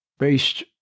based